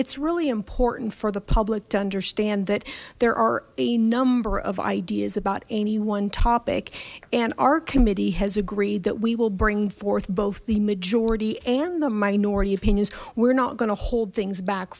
it's really important for the public to understand that there are a number of ideas about any one topic and our committee has agreed that we will bring forth both the majority and the minority opinions we're not going to hold things back